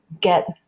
get